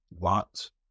lots